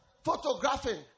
Photographing